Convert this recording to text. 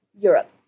Europe